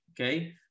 okay